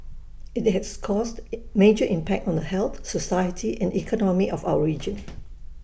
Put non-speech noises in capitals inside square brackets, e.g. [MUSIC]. IT has caused [HESITATION] major impact on the health society and economy of our region [NOISE]